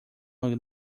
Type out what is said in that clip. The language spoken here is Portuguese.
uma